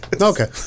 Okay